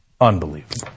Unbelievable